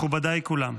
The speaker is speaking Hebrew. מכובדיי כולם,